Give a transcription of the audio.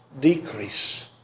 decrease